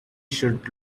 should